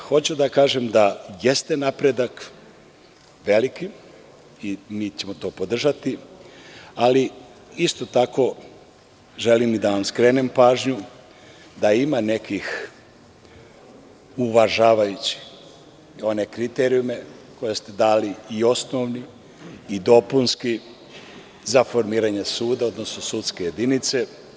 Hoću da kažem da jeste veliki napredak i mi ćemo to podržati, ali isto tako želim da vam skrenem pažnju da ima nekih uvažavajućih kriterijuma koje ste dali, i osnovnih i dopunskih, za formiranje suda, odnosno sudske jedinice.